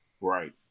Right